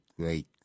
great